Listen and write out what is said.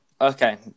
Okay